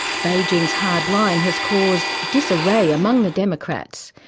beijing's hard line has caused disarray among the democrats.